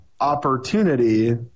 opportunity